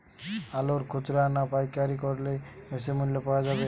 আলু খুচরা না পাইকারি করলে বেশি মূল্য পাওয়া যাবে?